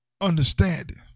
understanding